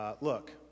Look